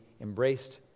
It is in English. embraced